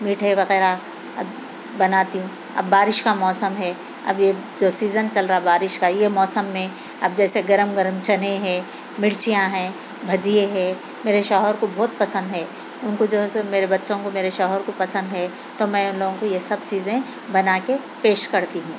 میٹھے وغیرہ بناتی ہوں اب بارش کا موسم ہے اب یہ جو سیزن چل رہا ہے بارش کا یہ موسم میں اب جیسے گرم گرم چنے ہیں مرچیاں ہیں بھجیے ہے میرے شوہر کو بہت پسند ہے ان کو جو ہے سو میرے بچوں کو میرے شوہر کو پسند ہے تو میں ان لوگوں کو یہ سب چیزیں بنا کے پیش کرتی ہوں